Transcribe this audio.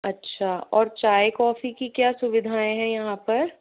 अच्छा और चाय कॉफी की क्या सुविधाएं है यहाँ पर